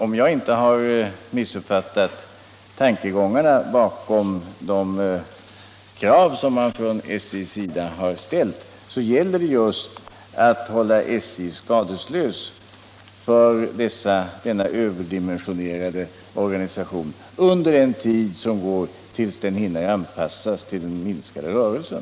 Om jag inte har missuppfattat tankegångarna bakom de krav som från SJ:s sida har ställts gäller det just att hålla SJ skadeslös för denna överdimensionerade organisation under den tid som det tar innan organisationen hinner anpassas till den minskade rörelsen.